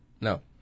No